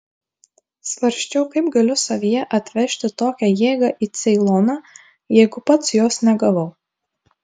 svarsčiau kaip galiu savyje atvežti tokią jėgą į ceiloną jeigu pats jos negavau